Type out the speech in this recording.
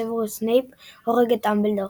סוורוס סנייפ הורג את דמבלדור.